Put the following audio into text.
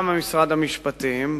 גם משרד המשפטים,